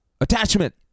attachment